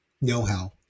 know-how